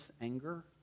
anger